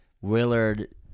Willard